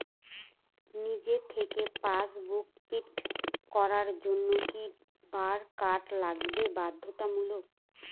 নিজে থেকে passbook print করার জন্য কি বারকোড লাগানো বাধ্যতামূলক?